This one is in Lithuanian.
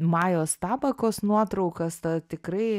majos tabakos nuotraukas tą tikrai